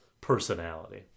personality